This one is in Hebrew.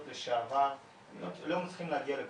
לשעבר לא מצליחים להגיע לקונסוליה,